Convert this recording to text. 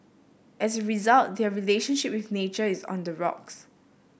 as a result their relationship with nature is on the rocks